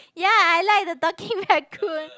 ya I like the talking raccoon